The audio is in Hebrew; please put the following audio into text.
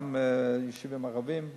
גם ביישובים ערביים,